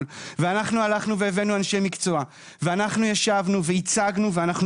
ואנחנו הלכנו והבאנו אנשי מקצוע ואנחנו ישבנו והצגנו ואנחנו